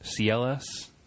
CLS